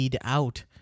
out